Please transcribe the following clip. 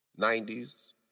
90s